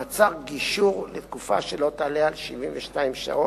מעצר גישור לתקופה שלא תעלה על 72 שעות,